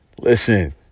Listen